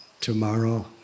Tomorrow